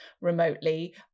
remotely